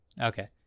Okay